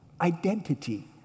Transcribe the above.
Identity